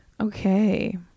Okay